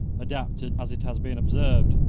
adapted, as it has been observed,